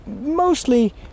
mostly